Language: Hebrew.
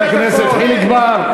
חבר הכנסת חיליק בר.